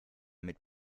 mit